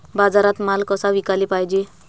बाजारात माल कसा विकाले पायजे?